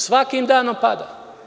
Svakim danom pada.